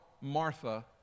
Martha